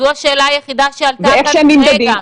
זו השאלה היחידה שעלתה כאן כרגע.